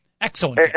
Excellent